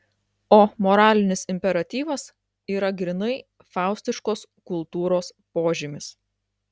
o moralinis imperatyvas yra grynai faustiškos kultūros požymis